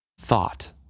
thought